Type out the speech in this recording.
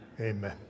amen